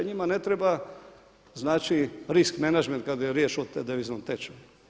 Njima ne treba znači risk management kad je riječ o deviznom tečaju.